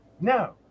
No